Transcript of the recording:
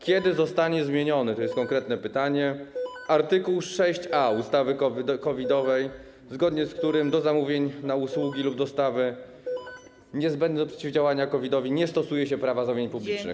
Kiedy zostanie zmieniony - to jest konkretne pytanie - art. 6a ustawy COVID-owej, zgodnie z którym do zamówień na usługi lub dostawy niezbędne do przeciwdziałania COVID-owi nie stosuje się prawa zamówień publicznych?